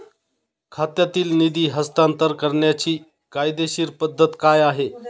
खात्यातील निधी हस्तांतर करण्याची कायदेशीर पद्धत काय आहे?